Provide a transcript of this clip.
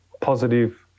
positive